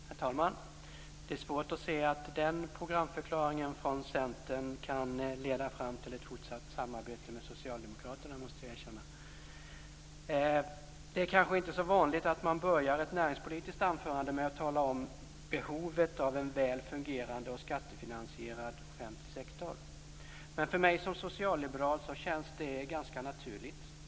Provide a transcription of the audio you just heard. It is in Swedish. Herr talman! Det är svårt att se att den programförklaringen från Centern kan leda fram till ett fortsatt samarbete med Socialdemokraterna, måste jag erkänna. Det är kanske inte så vanligt att man börjar ett näringspolitiskt anförande med att tala om behovet av en väl fungerande och skattefinansierad offentlig sektor. Men för mig som socialliberal känns det ganska naturligt.